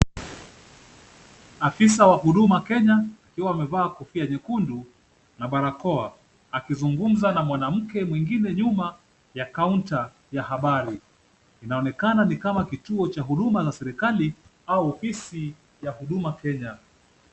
Afisa wa huduma kenya akiwa amevaa kofia nyekundu na barakoa, akizungumza na mwanamke mwingine nyuma ya kaunta ya habari. Inaonekana ni kama kituo cha huduma cha serikali au ofisi ya huduma kenya.